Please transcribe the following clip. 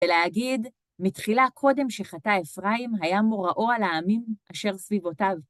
ולהגיד, מתחילה קודם שחטא אפרים היה מוראו על העמים אשר סביבותיו.